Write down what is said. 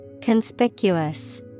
Conspicuous